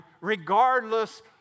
regardless